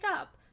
up